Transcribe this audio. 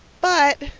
but.